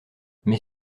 mais